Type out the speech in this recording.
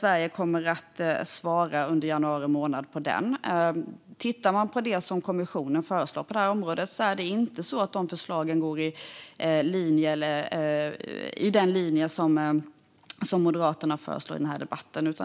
Sverige kommer att svara under januari månad på denna. Det som kommissionen föreslår på området går inte i linje med det som Moderaterna föreslår i den här debatten.